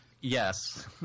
Yes